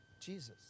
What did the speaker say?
Jesus